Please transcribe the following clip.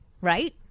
Right